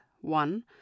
one